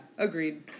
Agreed